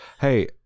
hey